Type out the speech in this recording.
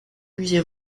musée